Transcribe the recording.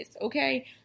okay